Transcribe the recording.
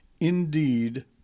indeed